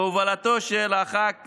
בהובלתו של ח"כ